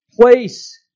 place